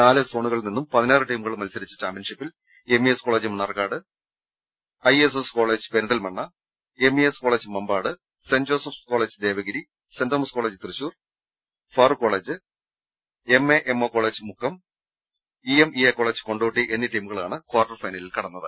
നാല് സോണുകളിൽ നിന്നും പതിനാറ് ടീമുകൾ മത്സരിച്ച ചാംപ്യൻഷിപ്പിൽ M E S college Mannarkkad I S S college Perinthalmanna M E S college Mampad saint Joseph college Devagiri saint Thomas college Thrissur Farook college M A M O college Mukkam E M E A college Kondotty എന്നീ ടീമുകളാണ് quarter ഫൈനലിൽ കടന്നത്